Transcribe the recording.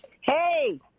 Hey